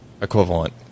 equivalent